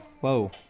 Whoa